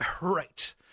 right